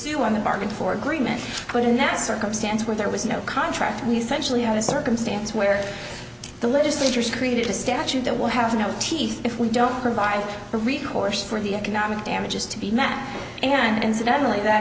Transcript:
in the bargain for agreement put in that circumstance where there was no contract we essentially have a circumstance where the legislature has created a statute that will has no teeth if we don't provide a recourse for the economic damages to be met and incidentally that